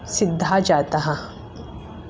सिद्धाः जाताः